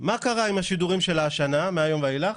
מה קרה עם השידורים שלה השנה, מהיום ואילך?